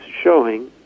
showing